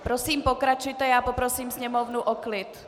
Prosím pokračujte a poprosím sněmovnu o klid.